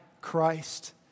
Christ